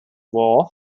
war